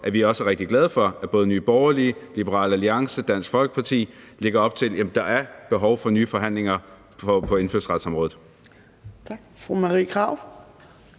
at vi også er rigtig glade for, at både Nye Borgerlige, Liberal Alliance og Dansk Folkeparti lægger op til, at der er behov for nye forhandlinger på indfødsretsområdet.